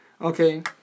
Okay